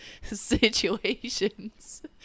Situations